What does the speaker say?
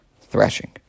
threshing